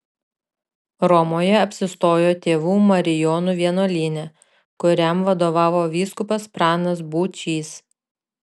romoje apsistojo tėvų marijonų vienuolyne kuriam vadovavo vyskupas pranas būčys